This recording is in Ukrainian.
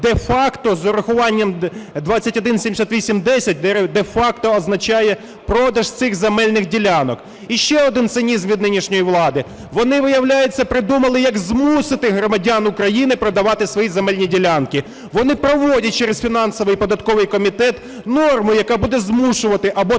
де-факто, з урахуванням 2178-10, де-факто означає продаж цих земельних ділянок. І ще один цинізм від нинішньої влади. Вони виявляється придумали як змусити громадян України продавати свої земельні ділянки. Вони проводять через фінансовий і податковий комітет норму, яка буде змушувати або